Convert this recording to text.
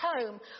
home